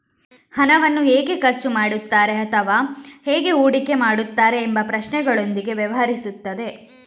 ಹಣವನ್ನು ಹೇಗೆ ಖರ್ಚು ಮಾಡುತ್ತಾರೆ ಅಥವಾ ಹೂಡಿಕೆ ಮಾಡುತ್ತಾರೆ ಎಂಬ ಪ್ರಶ್ನೆಗಳೊಂದಿಗೆ ವ್ಯವಹರಿಸುತ್ತದೆ